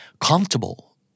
Comfortable